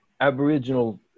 Aboriginal